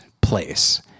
place